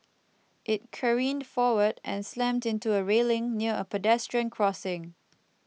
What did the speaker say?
it careened forward and slammed into a railing near a pedestrian crossing